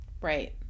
Right